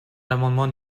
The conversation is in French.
l’amendement